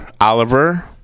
Oliver